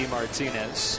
Martinez